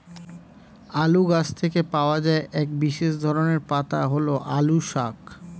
আলু গাছ থেকে পাওয়া এক বিশেষ ধরনের পাতা হল আলু শাক